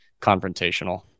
confrontational